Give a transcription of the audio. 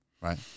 right